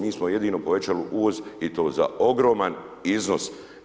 Mi smo jedino povećali uvoz i to za ogroman iznos.